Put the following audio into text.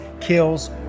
kills